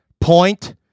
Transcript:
point